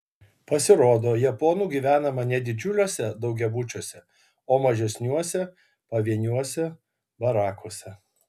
pasirodo japonų gyvenama ne didžiuliuose daugiabučiuose o mažesniuose pavieniuose barakuose